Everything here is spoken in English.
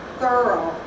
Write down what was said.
thorough